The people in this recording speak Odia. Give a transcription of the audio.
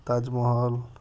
ତାଜମହଲ